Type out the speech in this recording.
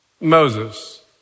Moses